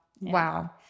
wow